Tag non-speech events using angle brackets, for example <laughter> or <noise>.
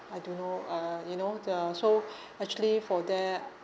I don't know uh you know the so <breath> actually for that